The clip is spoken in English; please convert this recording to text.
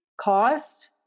cost